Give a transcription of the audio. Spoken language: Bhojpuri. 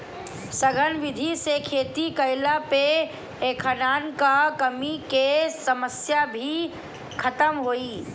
सघन विधि से खेती कईला पे खाद्यान कअ कमी के समस्या भी खतम होई